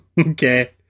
okay